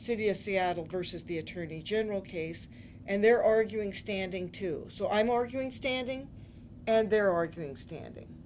city of seattle versus the attorney general case and they're arguing standing too so i'm arguing standing and they're arguing standing